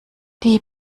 die